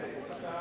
אלפי שקלים.